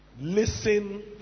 listen